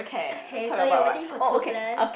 okay so you are waiting for Toothless